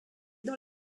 dans